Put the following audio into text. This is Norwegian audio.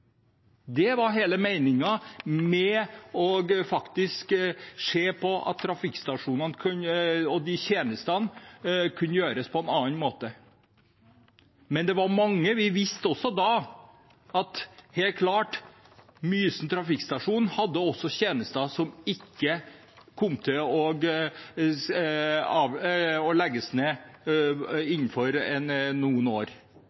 Det var hele meningen med å se på om trafikkstasjonene og tjenestene kunne innrettes på en annen måte. Men vi visste også da helt klart at Mysen trafikkstasjon også hadde tjenester som ikke kom til å legges ned på noen år.